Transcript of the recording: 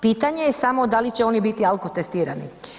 Pitanje je samo da li će oni biti alkotestirani.